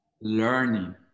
learning